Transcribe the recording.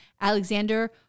Alexander